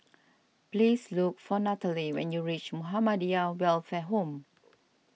please look for Nataly when you reach Muhammadiyah Welfare Home